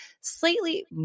slightly